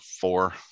four